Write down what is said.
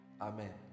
Amen